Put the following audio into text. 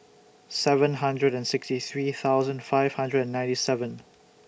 seven hundred and sixty three thousand five hundred and ninety seven